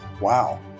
Wow